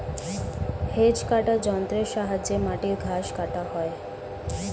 hedge কাটার যন্ত্রের সাহায্যে মাটির ঘাস কাটা হয়